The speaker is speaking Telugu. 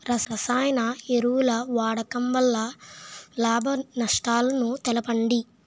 రసాయన ఎరువుల వాడకం వల్ల లాభ నష్టాలను తెలపండి?